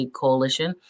coalition